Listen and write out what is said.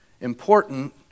important